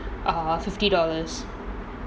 err fifty dollars